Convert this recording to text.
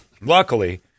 luckily